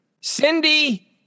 cindy